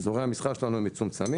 אזורי המסחר שלנו הם מצומצמים.